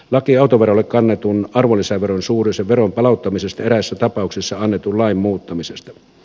laki autoverolle kannetun arvonlisäveron suuruisen veron palauttamisesta eräissä tapauksissa annetun lain muuttamisesta